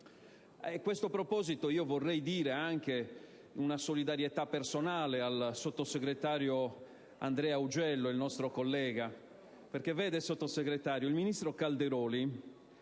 A questo proposito, vorrei manifestare una solidarietà personale al sottosegretario Andrea Augello, nostro collega senatore. Vede, Sottosegretario: il ministro Calderoli